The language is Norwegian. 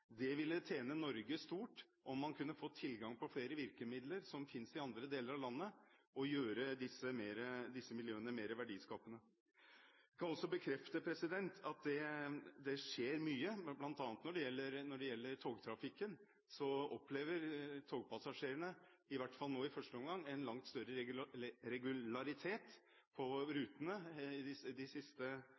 Det ville tjene Norge stort om man fikk tilgang på flere av virkemidlene som finnes i andre deler av landet, og gjøre disse miljøene mer verdiskapende. Jeg kan også bekrefte at det skjer mye. Blant annet i togtrafikken har passasjerene opplevd – i hvert fall nå i første omgang – en langt større regularitet på rutene de siste